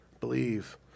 Believe